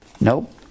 Nope